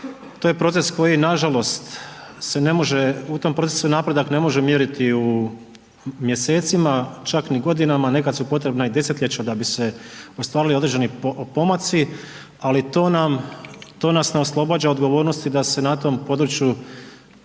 to je proces koji nažalost se ne može, u tom procesu se napredak ne može mjeriti u mjesecima, čak ni godinama, nekad su potrebna i desetljeća da bi se ostvarili određeni pomaci, ali to nam, to nas ne oslobađa odgovornosti da se na tom području